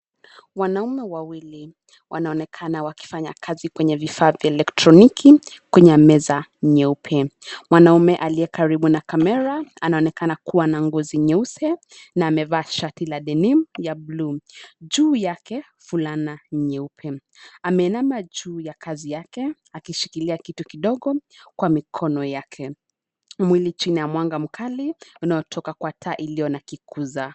Wanaume wawili wanaonekana wakifanya kazi kwenye vifaa vya elektroniki kwenye meza nyeupe. Mwanaume aliye karibu na kamera anaonekana kuwa na ngozi nyeusi na amevaa shati la denim ya buluu, juu yake fulana nyeupe. Ameinama juu ya kazi yake akishikilia kitu kidogo kwa mikono yake, Mwili chini ya mwanga mkali unaotoka kwa taa iliyo na kikuza